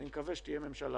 אני מקווה שתהיה ממשלה